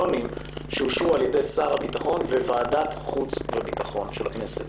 לקריטריונים שאושרו על ידי שר הביטחון וועדת החוץ והביטחון של הכנסת.